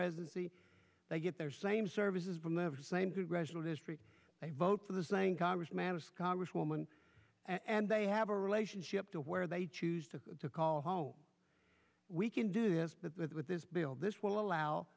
residency they get their same services from the same through rational history they vote for the saying congress matters congresswoman and they have a relationship to where they choose to call home we can do this with this bill this will allow